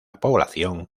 población